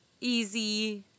easy